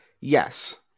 Yes